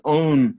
own